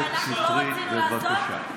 חברת הכנסת שטרית, בבקשה.